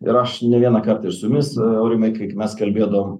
ir aš ne vienąkart ir su jumis su aurimai kai mes kalbėdavom